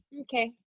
okay